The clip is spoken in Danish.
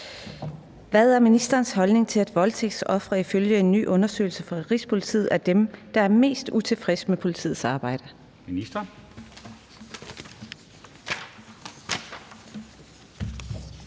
Hvad er ministerens holdning til, at voldtægtsofre ifølge en ny undersøgelse fra Rigspolitiet er dem, der er mest utilfredse med politiets arbejde?